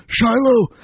Shiloh